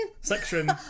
Section